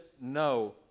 no